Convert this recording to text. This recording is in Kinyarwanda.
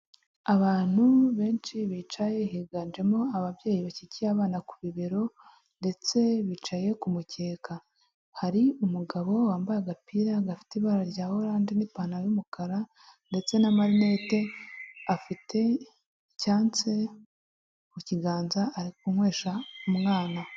Abantu benshi bicaye higanjemo ababyeyi bakikiye abana ku bibero ndetse bicaye ku mukeka, hari umugabo wambaye agapira gafite ibara rya oranje n'ipantaro y'umukara ndetse na marinete afite icyansi mu kiganza ari kunywesha umwana.